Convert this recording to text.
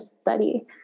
study